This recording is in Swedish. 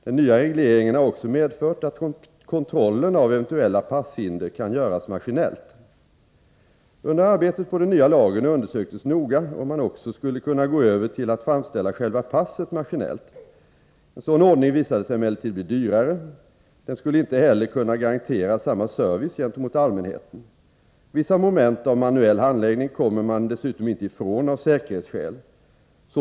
Den nya regleringen har också medfört att kontrollen av eventuella passhinder kan göras maskinellt. Under arbetet på den nya lagen undersöktes noga om man också skulle kunna gå över till att framställa själva passet maskinellt. En sådan ordning visade sig emellertid bli dyrare. Den skulle inte heller kunna garantera samma service gentemot allmänheten. Vissa moment av manuell handläggning kommer man dessutom inte ifrån av säkerhetsskäl.